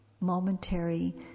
momentary